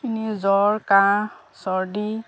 এনেই জ্বৰ কাহ চৰ্দি